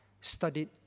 studied